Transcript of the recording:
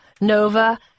Nova